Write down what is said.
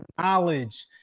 knowledge